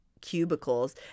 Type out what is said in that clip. cubicles